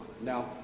Now